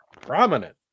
prominent